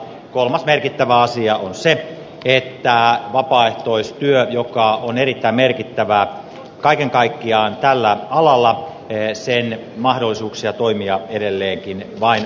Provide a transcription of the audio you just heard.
kolmas merkittävä asia on se että vapaaehtoistyön joka on kaiken kaikkiaan erittäin merkittävää tällä alalla mahdollisuuksia toimia edelleenkin vain vahvistetaan